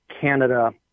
Canada